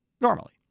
normally